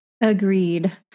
Agreed